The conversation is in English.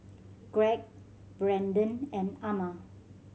Greg Brendon and Ama